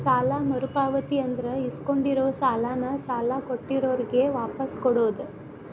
ಸಾಲ ಮರುಪಾವತಿ ಅಂದ್ರ ಇಸ್ಕೊಂಡಿರೋ ಸಾಲಾನ ಸಾಲ ಕೊಟ್ಟಿರೋರ್ಗೆ ವಾಪಾಸ್ ಕೊಡೋದ್